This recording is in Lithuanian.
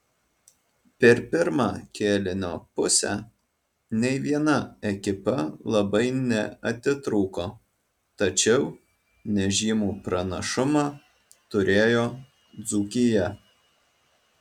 per pirmą kėlinio pusę nei viena ekipa labai neatitrūko tačiau nežymų pranašumą turėjo dzūkija